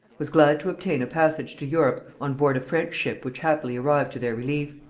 was glad to obtain a passage to europe on board a french ship which happily arrived to their relief.